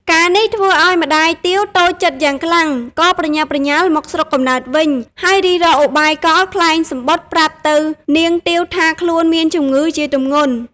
ការណ៍នេះធ្វើឲ្យម្តាយទាវតូចចិត្តយ៉ាងខ្លាំង ក៏ប្រញាប់ប្រញាល់មកស្រុកកំណើតវិញ ហើយរិះរកឧបាយកលក្លែងសំបុត្រប្រាប់ទៅនាងទាវថាខ្លួនមានជម្ងឺជាទម្ងន់។